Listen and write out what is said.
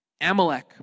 Amalek